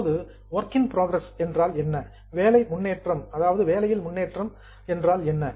இப்போது work in progress வேலை முன்னேற்றம் என்றால் என்ன